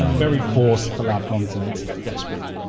very forced collab content. desperate.